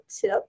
tip